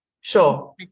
Sure